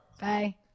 Bye